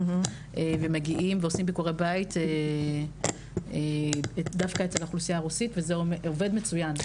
הם מגיעים ועושים ביקורי בית אצל האוכלוסייה הרוסית וזה עובד מצוין.